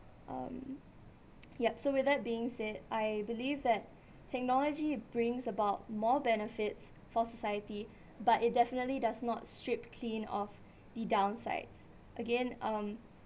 um yup so with that being said I believe that technology brings about more benefits for society but it definitely does not strip clean off the downsides again um